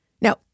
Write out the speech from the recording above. Now